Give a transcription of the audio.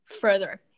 further